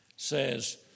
says